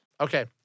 Okay